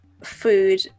food